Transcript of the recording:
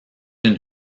une